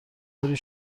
باری